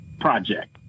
project